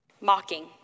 mocking